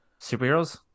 Superheroes